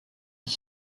his